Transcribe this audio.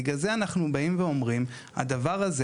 בגלל זה אנחנו באים ואומרים: הדבר הזה